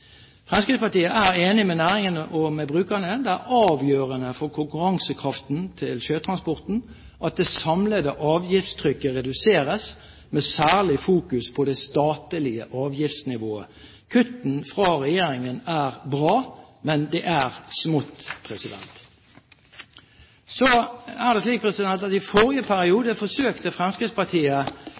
Fremskrittspartiet er enig med næringen og med brukerne. Det er avgjørende for konkurransekraften til sjøtransporten at det samlede avgiftstrykket reduseres, med særlig fokus på det statlige avgiftsnivået. Kutt fra regjeringen er bra, men det er smått. Så er det slik at i forrige periode forsøkte Fremskrittspartiet